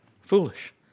foolish